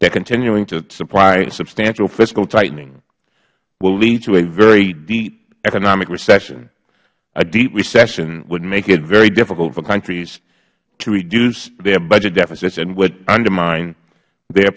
that continuing to supply substantial fiscal tightening will lead to a very deep economic recession a deep recession would make it very difficult for countries to reduce their budget deficits and would undermine their